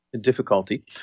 difficulty